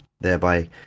thereby